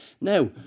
Now